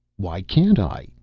why can't i?